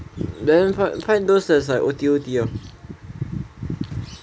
then find find those that's like O_T_O_T